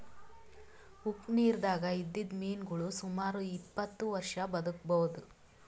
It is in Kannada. ಉಪ್ಪ್ ನಿರ್ದಾಗ್ ಇದ್ದಿದ್ದ್ ಮೀನಾಗೋಳ್ ಸುಮಾರ್ ಇಪ್ಪತ್ತ್ ವರ್ಷಾ ಬದ್ಕಬಹುದ್